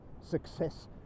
success